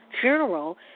Funeral